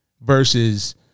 Versus